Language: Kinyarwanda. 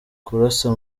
kurasa